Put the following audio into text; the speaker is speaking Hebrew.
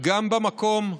גם במקום הזה.